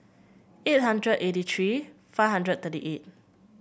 eight hundred eighty three five hundred thirty eight